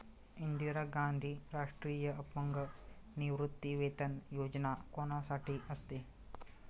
इंदिरा गांधी राष्ट्रीय अपंग निवृत्तीवेतन योजना कोणासाठी असते?